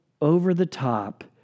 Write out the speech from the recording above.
over-the-top